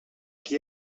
qui